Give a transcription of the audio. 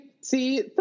See